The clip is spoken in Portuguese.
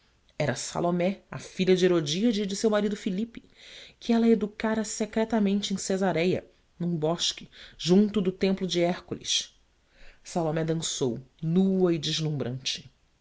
era salomé a filha de herodíade e de seu marido filipe que ela educara secretamente em cesaréia num bosque junto do templo de hércules salomé dançou nua e deslumbrante